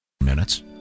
Minutes